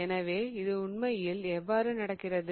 எனவே இது உண்மையில் எவ்வாறு நடக்கிறது